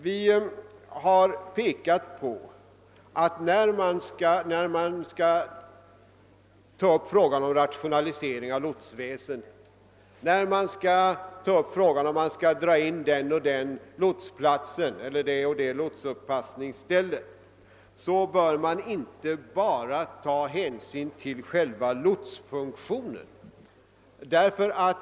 Vi har pekat på att när man skall ta upp frågan om rationalisering av lots väsendet — om den och den lotsplatsen eller det och det lotsuppassningsstället skall dras in — bör man inte bara ta hänsyn till själva lotsfunktionen.